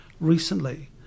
recently